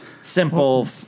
simple